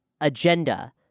agenda